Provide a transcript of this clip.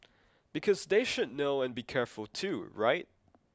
because they should know and be careful too right